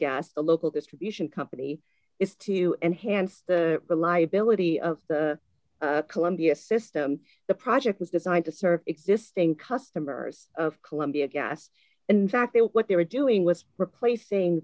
gas the local distribution company is to enhance the reliability of the columbia system the project was designed to serve existing customers of columbia gas in fact what they were doing was replacing